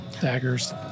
daggers